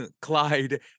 Clyde